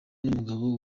n’umugabo